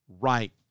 right